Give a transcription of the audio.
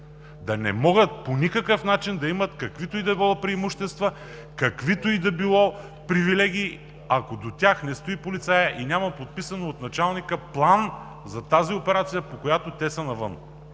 да не могат по никакъв начин да имат каквито и да било преимущества, каквито и да било привилегии, ако до тях не стои полицаят и няма подписан от началника план за тази операция, по която те са навън.